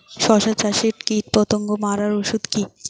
শসা চাষে কীটপতঙ্গ মারার ওষুধ কি?